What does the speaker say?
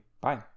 Bye